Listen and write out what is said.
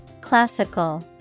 Classical